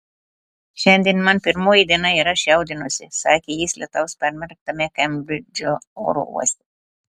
šiandien man pirmoji diena ir aš jaudinuosi sakė jis lietaus permerktame kembridžo oro uoste